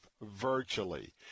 virtually